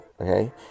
okay